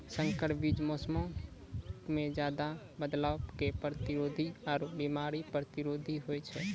संकर बीज मौसमो मे ज्यादे बदलाव के प्रतिरोधी आरु बिमारी प्रतिरोधी होय छै